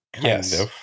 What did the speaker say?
Yes